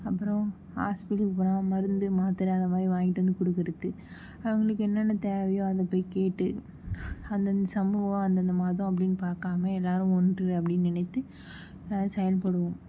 அப்புறம் ஹாஸ்பிட்டல் போனா மருந்து மாத்தரை அதமாதிரி வாங்கிட்டு வந்து கொடுக்கறது அவங்களுக்கு என்னென்ன தேவையோ அது போய் கேட்டு அந்தந்த சமூகம் அந்தந்த மதம் அப்படின் பார்க்காம எல்லாரும் ஒன்று அப்படின் நினைத்து செயல்படுவோம்